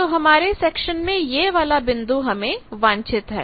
तो हमारे सेक्शन में यह वाला बिंदु हमें वांछित है